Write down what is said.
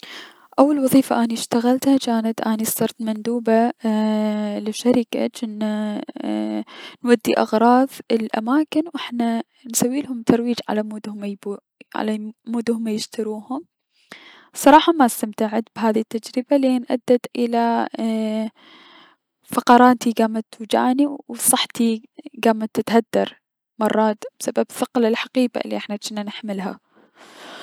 اول وظيفة اني اشتغلتها جانت اني صرت مندوبة لشركة جنا نودي اغراض لأماكن و نسويلهم ترويج علمود هم يبيع- يشتروهم ، صراحة ما استمتعت بهذي التجربة لأن ادت الى اييي- فقراتي كامت توجعني و صحتي كامت تتدهور مرات بسبب ثقل الحقيبة الي جنا نحملها.